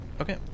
Okay